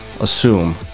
assume